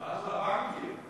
הבנקים.